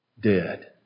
dead